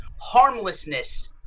harmlessness